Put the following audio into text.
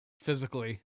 physically